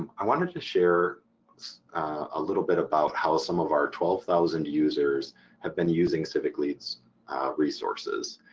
i wanted to share a little bit about how some of our twelve thousand users have been using civicleads resources.